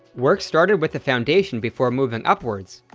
work started with the foundation before moving upwards,